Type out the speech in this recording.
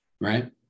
right